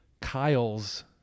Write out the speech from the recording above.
Kyle's